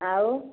ଆଉ